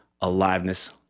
aliveness